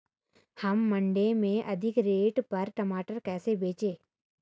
हम मंडी में अधिक रेट पर टमाटर कैसे बेचें?